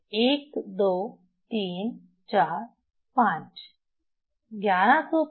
1 2 3 4 5 11759